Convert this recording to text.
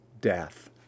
death